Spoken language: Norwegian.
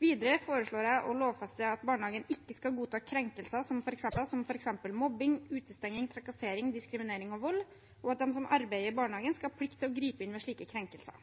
Videre foreslår jeg å lovfeste at barnehagen ikke skal godta krenkelser som f.eks. mobbing, utestenging, trakassering, diskriminering og vold, og at de som arbeider i barnehagen, skal ha plikt til å gripe inn ved slike krenkelser.